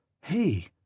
Hey